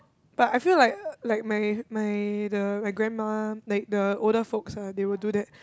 but I feel like like my my the my grandma like the older folks ah they will do that